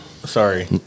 sorry